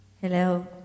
Hello